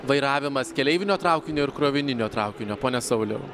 vairavimas keleivinio traukinio ir krovininio traukinio pone sauliau